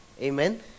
Amen